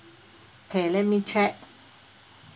okay let me check